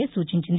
ఎ సూచించింది